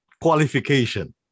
qualification